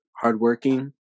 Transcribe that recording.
hardworking